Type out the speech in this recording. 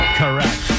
correct